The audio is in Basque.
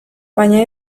baina